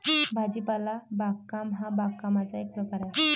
भाजीपाला बागकाम हा बागकामाचा एक प्रकार आहे